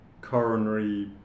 coronary